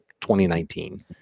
2019